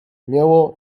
miało